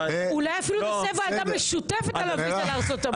אולי אפילו נעשה ועדה משותפת על הוויזה לארצות הברית.